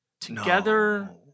together